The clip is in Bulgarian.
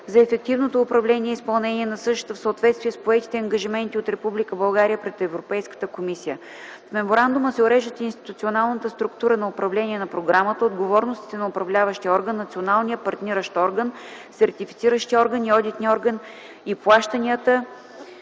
за ефективното управление и изпълнение на същата, в съответствие с поетите ангажименти от Република България пред Европейската комисия. В меморандума се уреждат институционалната структура на управление на програмата; отговорностите на управляващия орган, националния партниращ орган, сертифициращия орган и одитния орган и плащанията